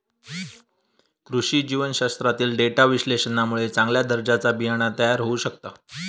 कृषी जीवशास्त्रातील डेटा विश्लेषणामुळे चांगल्या दर्जाचा बियाणा तयार होऊ शकता